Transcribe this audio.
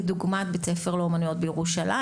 כדוגמת בית הספר לאומנויות בירושלים,